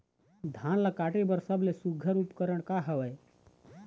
धान ला काटे बर सबले सुघ्घर उपकरण का हवए?